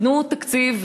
תנו תקציב.